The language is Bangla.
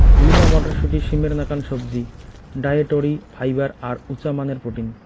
লিমা মটরশুঁটি, সিমের নাকান সবজি, ডায়েটরি ফাইবার আর উচামানের প্রোটিন